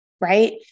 right